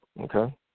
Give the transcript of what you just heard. Okay